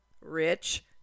rich